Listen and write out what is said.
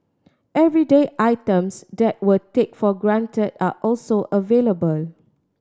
everyday items that we take for granted are also available